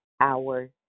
hours